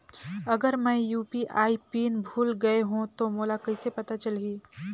अगर मैं UPI PIN भुल गये हो तो मोला कइसे पता चलही?